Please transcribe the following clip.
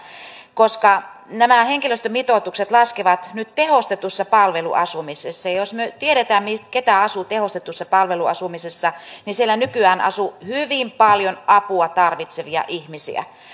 nämä henkilöstömitoitukset laskevat nyt tehostetussa palveluasumisessa jos me tiedämme keitä asuu tehostetussa palveluasumisessa niin siellä nykyään asuu hyvin paljon apua tarvitsevia ihmisiä